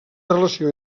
relació